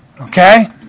Okay